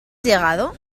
llegado